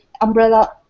Umbrella